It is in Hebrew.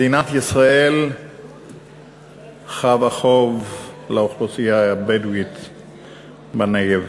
מדינת ישראל חבה חוב לאוכלוסייה הבדואית בנגב.